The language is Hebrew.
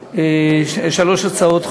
שלוש הצעות חוק,